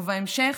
ובהמשך,